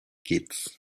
kids